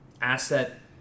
asset